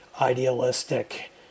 idealistic